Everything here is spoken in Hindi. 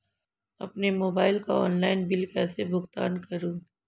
अपने मोबाइल का ऑनलाइन बिल कैसे भुगतान करूं?